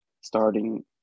starting